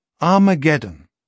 Armageddon